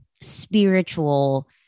spiritual